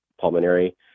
pulmonary